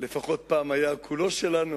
לפחות פעם היה כולו שלנו,